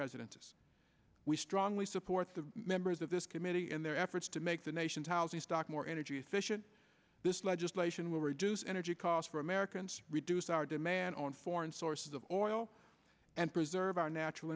residence we strongly support the members of this committee and their efforts to make the nation's housing stock more energy efficient this legislation will reduce energy costs for americans reduce our demand on foreign sources of oil and preserve our natural